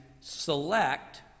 select